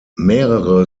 mehrere